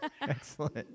Excellent